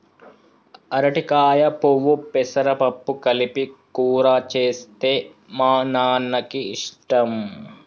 అరటికాయ పువ్వు పెసరపప్పు కలిపి కూర చేస్తే మా నాన్నకి ఇష్టం